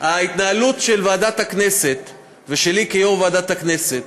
ההתנהלות של ועדת הכנסת ושלי כיו"ר ועדת הכנסת: